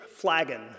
flagon